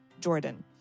Jordan